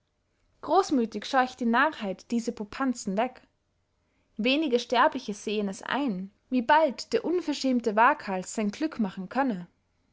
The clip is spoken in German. großmüthig scheucht die narrheit diese popanzen weg wenige sterbliche sehen es ein wie bald der unverschämte waghals sein glück machen könne